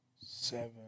seven